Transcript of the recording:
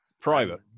private